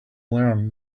learn